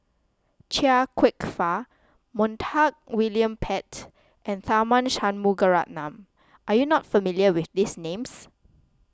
Chia Kwek Fah Montague William Pett and Tharman Shanmugaratnam are you not familiar with these names